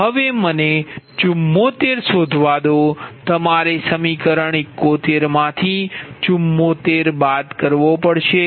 હવે મને 74 શોધવા દો તમારે સમીકરણ 71 માંથી 74 બાદ કરવો પડશે